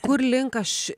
kur link aš